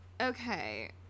Okay